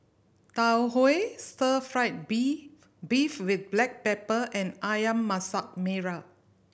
Tau Huay stir fried bee beef with black pepper and Ayam Masak Merah